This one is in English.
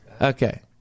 Okay